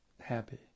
happy